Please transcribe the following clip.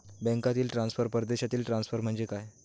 बँकांतील ट्रान्सफर, परदेशातील ट्रान्सफर म्हणजे काय?